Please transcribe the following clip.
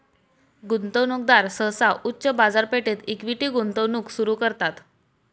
गुंतवणूकदार सहसा उच्च बाजारपेठेत इक्विटी गुंतवणूक सुरू करतात